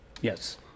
Yes